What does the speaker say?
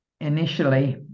initially